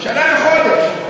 שנה וחודש.